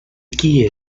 qui